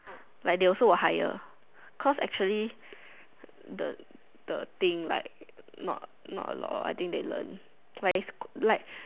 like they also will hire cause actually the thing like not a lot like like